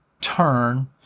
turn